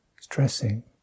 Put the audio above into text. stressing